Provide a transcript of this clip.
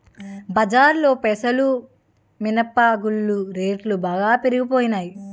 బజారులో పెసలు మినప గుళ్ళు రేట్లు బాగా పెరిగిపోనాయి